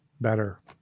better